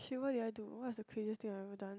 K what did I do what is the craziest thing that I ever done